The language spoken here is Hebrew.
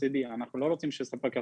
הפסדי אנחנו לא רוצים שספק יפסיד,